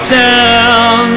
town